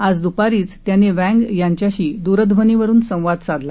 आज दपारीच त्यांनी वँग यांच्याशी द्रध्वनीवरुन संवाद साधला